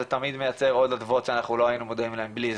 זה תמיד מייצר עוד אדוות שאנחנו לא היינו מודעים להן בלי זה.